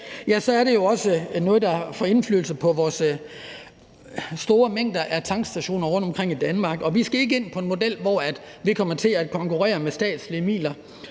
af brændstof til biler osv. får indflydelse på vores store antal tankstationer rundtomkring i Danmark. Vi skal ikke ind på en model, hvor vi kommer til at konkurrere med statslige midler